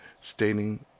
stating